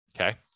Okay